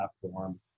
platform